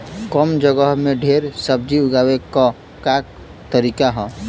कम जगह में ढेर सब्जी उगावे क का तरीका ह?